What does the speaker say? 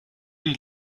die